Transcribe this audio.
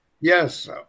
Yes